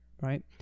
right